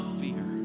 fear